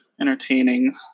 entertaining